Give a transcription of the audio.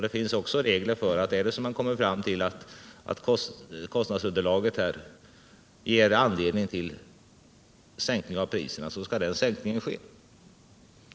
Det finns också regler för att om man kommer fram till att kostnadsunderlaget ger anledning till sänkning av priserna skall en sådan sänkning också ske.